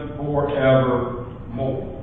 forevermore